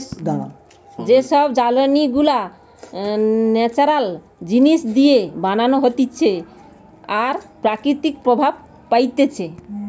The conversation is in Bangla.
যে সব জ্বালানি গুলা ন্যাচারাল জিনিস দিয়ে বানানো হতিছে আর প্রকৃতি প্রভাব পাইতিছে